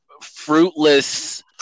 fruitless